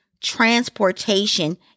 transportation